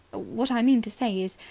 what i mean to say is,